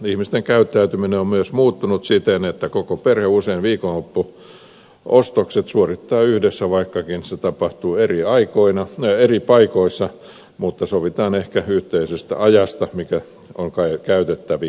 ihmisten käyttäytyminen on myös muuttunut siten että koko perhe usein viikonloppuostokset suorittaa yhdessä vaikkakin se tapahtuu eri paikoissa mutta sovitaan ehkä yhteisestä ajasta mikä on käytettävissä